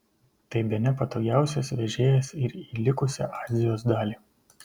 tai bene patogiausias vežėjas ir į likusią azijos dalį